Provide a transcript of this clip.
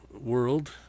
world